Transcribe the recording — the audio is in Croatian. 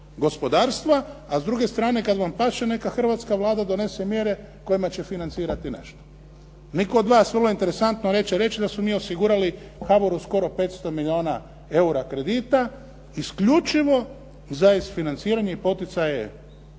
gospodarstva, a s druge strane kad vam paše neka Hrvatska Vlada donese mjere kojima će financirati … /Govornik se ne čuje./ … Nitko od vas, vrlo interesantno neće reći da smo mi osigurali HBOR-u skoro 500 milijuna eura kredita isključivo za financiranje i poticaje